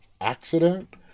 accident